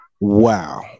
Wow